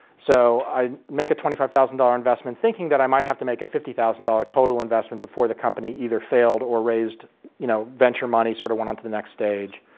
so i'd make a twenty five thousand dollars investment thinking that i might have to make a fifty thousand dollars total investment before the company either failed or raised you know venture money, sort of went on to the next stage.